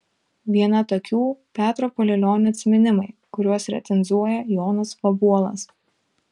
viena tokių petro palilionio atsiminimai kuriuos recenzuoja jonas vabuolas